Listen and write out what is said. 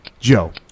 Joe